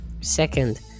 Second